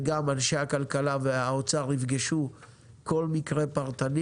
וגם אנשי הכלכלה והאוצר יפגשו כל מקרה פרטני